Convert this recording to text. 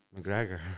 McGregor